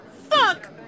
Fuck